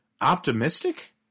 optimistic